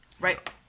right